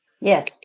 yes